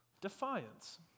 defiance